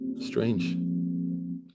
strange